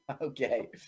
okay